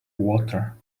water